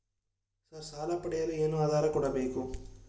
Sir ಸಾಲ ಪಡೆಯಲು ಏನು ಆಧಾರ ಕೋಡಬೇಕು?